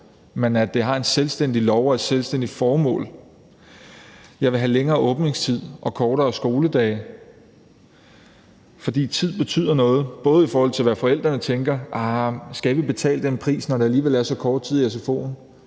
men at den har en selvstændig lov og et selvstændigt formål. Jeg vil have længere åbningstid og kortere skoledage. For tid betyder noget, både i forhold til hvad forældrene tænker, med hensyn til om de skal betale den pris, når der alligevel er så kort tid i sfo'en,